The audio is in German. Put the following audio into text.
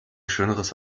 schöneres